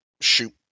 shoot